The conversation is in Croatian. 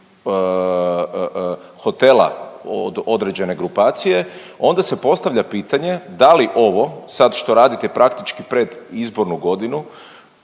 hotela određene grupacije onda se postavlja pitanje da li ovo sad što radite praktički pred izbornu godinu,